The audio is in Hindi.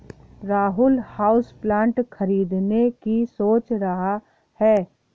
राहुल हाउसप्लांट खरीदने की सोच रहा है